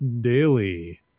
daily